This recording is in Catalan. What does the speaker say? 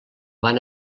van